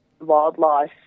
Wildlife